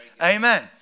Amen